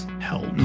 help